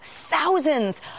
thousands